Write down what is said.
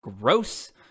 Gross